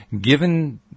Given